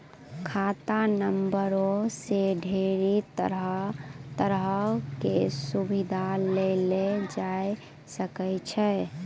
खाता नंबरो से ढेरी तरहो के सुविधा लेलो जाय सकै छै